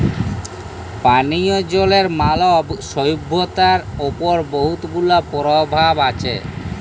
পানীয় জলের মালব সইভ্যতার উপর বহুত গুলা পরভাব আছে